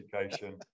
education